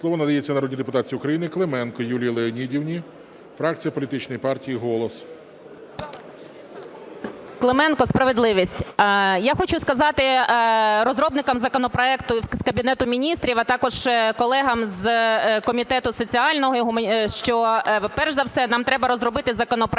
Слово надається народній депутатці України Клименко Юлії Леонідівні, фракція політичної партії "Голос". 14:32:24 КЛИМЕНКО Ю.Л. Клименко, "Справедливість". Я хочу сказати розробникам законопроекту з Кабінету Міністрів, а також колегам з Комітету соціальної політики, що перш за все нам треба розробити законопроекти